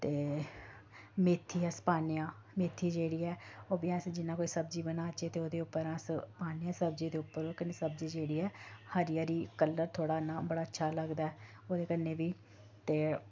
ते मेथी अस पान्ने आं मेथी जेह्ड़ी ऐ ओह् बी अस जि'यां कोई सब्जी बनाचै ते ओह्दे उप्पर अस पान्ने आं सब्जी दे उप्पर ओह्दे कन्नै सब्जी जेह्ड़ी ऐ हरी हरी कलर थोह्ड़ा इ'यां बड़ा अच्छा लगदा ऐ ओह्दे कन्नै बी ते